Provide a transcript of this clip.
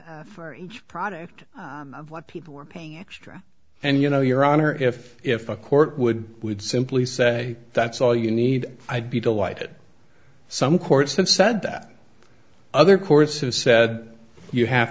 and for each product of what people were paying extra and you know your honor if if a court would would simply say that's all you need i'd be delighted some courts have said that other courts have said you have